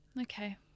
Okay